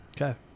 Okay